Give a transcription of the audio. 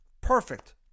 Perfect